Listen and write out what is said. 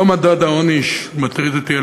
לא מדד העוני מטריד אותי,